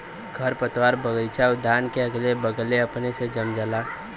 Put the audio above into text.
खरपतवार बगइचा उद्यान के अगले बगले अपने से जम जाला